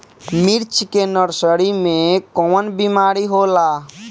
मिर्च के नर्सरी मे कवन बीमारी होला?